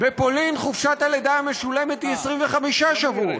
בפולין חופשת הלידה המשולמת היא 25 שבועות.